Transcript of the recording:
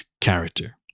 character